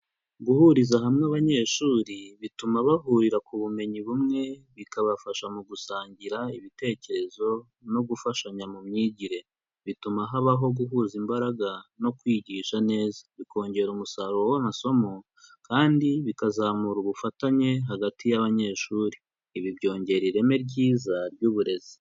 Guhuriza hamwe abanyeshuri, bituma bahurira ku bumenyi bumwe, bikabafasha mu gusangira ibitekerezo no gufashanya mu myigire. Bituma habaho guhuza imbaraga no kwigisha neza bikongera umusaruro w'amasomo kandi bikazamura ubufatanye hagati y'abanyeshuri, ibi byongera ireme ryiza ry'uburezi.